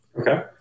Okay